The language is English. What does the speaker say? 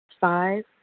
Five